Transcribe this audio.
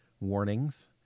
warnings